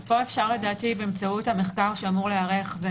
פה אפשר באמצעות המחקר שאמור להיערך זה